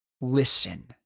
listen